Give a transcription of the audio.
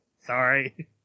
Sorry